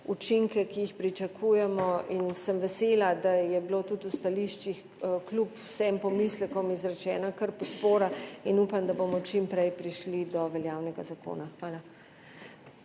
učinke, ki jih pričakujemo. Vesela sem, da je bila tudi v stališčih kljub vsem pomislekom izrečena kar podpora, in upam, da bomo čim prej prišli do veljavnega zakona. Hvala.